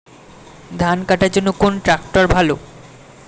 ধান কাটার জন্য কোন ট্রাক্টর ভালো?